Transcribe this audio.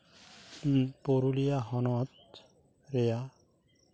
ᱯᱩᱨᱩᱞᱤᱭᱟ ᱦᱚᱱᱚᱛ ᱨᱮᱭᱟᱜ